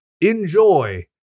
Enjoy